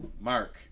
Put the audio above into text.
Mark